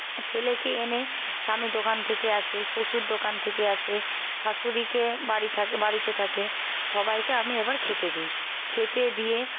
ছেলেকে এনে স্বামী দোকান থেকে আসে শ্বশুর দোকান থেকে আসে শাশুড়িকে বাড়ি থাকে বাড়িতে থাকে সবাইকে আমি এবার খেতে দিই খেতে দিয়ে